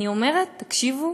אני אומרת: תקשיבו,